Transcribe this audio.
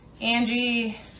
Angie